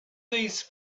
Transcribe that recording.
these